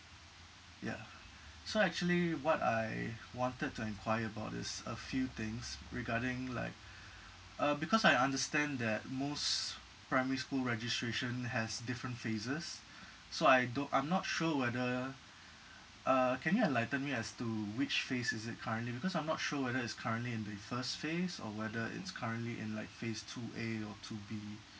yeah so actually what I wanted to enquire about is a few things regarding like uh because I understand that most primary school registration has different phases so I do~ I'm not sure whether uh can you enlighten me as to which phase is it currently because I'm not sure whether it's currently in the first phase or whether it's currently in like phase two A or two B